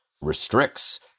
restricts